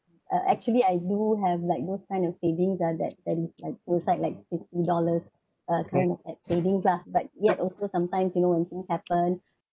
uh actually I do have like those kind of savings that then like put aside like fifty dollars uh that kind of savings lah but yet also sometimes you know when you know happen